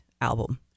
album